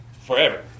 forever